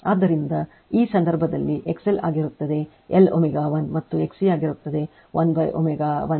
ಆದ್ದರಿಂದ ಆ ಸಂದರ್ಭದಲ್ಲಿ XLಆಗಿರುತ್ತದೆ L ω 1 ಮತ್ತು XC ಆಗಿರುತ್ತದೆ 1 ω 1C